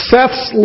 Seth's